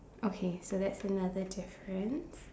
okay so that's another difference